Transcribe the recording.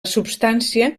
substància